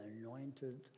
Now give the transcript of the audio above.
anointed